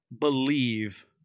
believe